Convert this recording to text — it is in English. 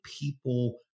people